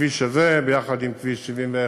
הכביש הזה, יחד עם כביש 71,